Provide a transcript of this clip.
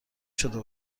شده